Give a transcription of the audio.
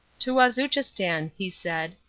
to wazuchistan, he said,